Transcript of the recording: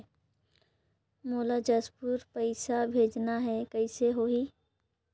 मोला जशपुर पइसा भेजना हैं, कइसे होही?